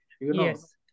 Yes